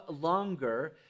longer